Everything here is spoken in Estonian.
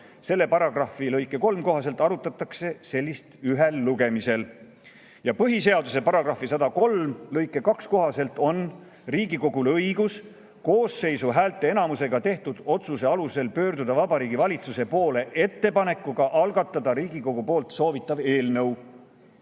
Selle paragrahvi lõike 3 kohaselt arutatakse seda ühel lugemisel. Ja põhiseaduse § 103 lõike 2 kohaselt on Riigikogul õigus koosseisu häälteenamusega tehtud otsuse alusel pöörduda Vabariigi Valitsuse poole ettepanekuga algatada Riigikogu poolt soovitav eelnõu.